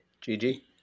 Gigi